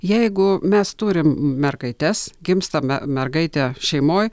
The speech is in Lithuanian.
jeigu mes turim mergaites gimsta me mergaitė šeimoj